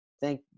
thank